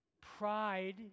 Pride